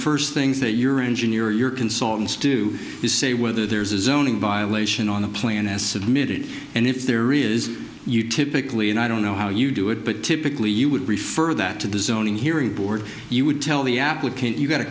first things that your engineer and your consultants do is say whether there's a zoning violation on the plan as submitted and if there is you typically and i don't know how you do it but typically you would refer that to the zoning hearing board you would tell the applicant you've got